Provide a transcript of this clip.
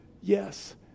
yes